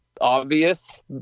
obvious